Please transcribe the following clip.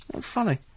Funny